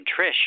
Trish